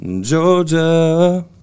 Georgia